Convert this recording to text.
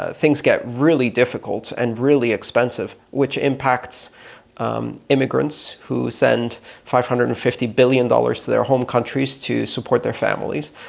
ah things get really difficult and really expensive, which impacts um immigrants who send five hundred and fifty billion dollars to their home countries to support their families.